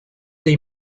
dei